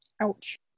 Ouch